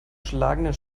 schlagenden